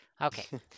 Okay